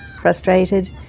frustrated